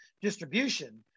distribution